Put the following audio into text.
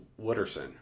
Wooderson